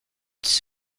its